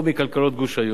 או מכלכלות גוש היורו.